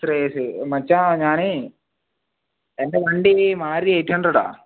ശ്രേയസ് മച്ചാ ഞാൻ എൻ്റെ വണ്ടി മാരുതി എയിട്ട് ഹൺഡ്രഡാ